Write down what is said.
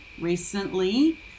recently